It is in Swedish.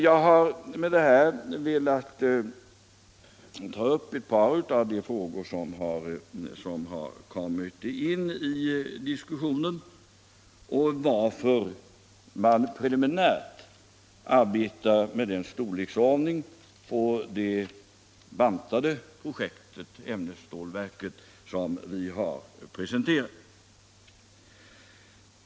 Jag har i detta anförande velat ta upp ett par av de frågor som berörts i diskussionen och redogöra för varför man preliminärt arbetar med denna storleksordning på det nedbantade projektet — ämnesstålverket — som presenterats.